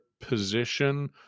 position